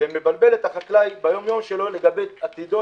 וזה מבלבל את החקלאי ביום-יום שלו לגבי עתידו,